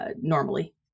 normally